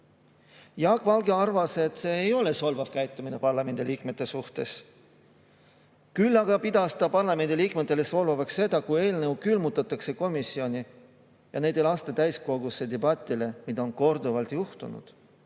Jaak Valge arvas, et see ei ole solvav käitumine parlamendiliikmete suhtes. Küll aga pidas ta parlamendiliikmetele solvavaks seda, kui eelnõud külmutatakse komisjonis ja neid ei lasta täiskogusse debatile, mida on korduvalt juhtunud.